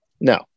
no